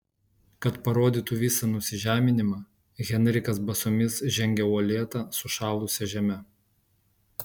kad parodytų visą nusižeminimą henrikas basomis žengė uolėta sušalusia žeme